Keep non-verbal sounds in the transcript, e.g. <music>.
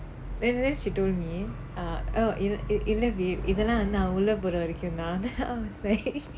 and then she told me err oh இதுலாம் வந்து நான் உள்ள போர வரைக்கும் தான்:ithulaam vanthu naan ulla pora varaikkum thaan then I was like <laughs>